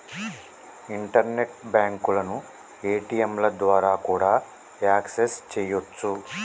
internet బ్యాంకులను ఏ.టీ.యంల ద్వారా కూడా యాక్సెస్ చెయ్యొచ్చు